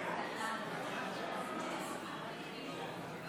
תוצאות ההצבעה: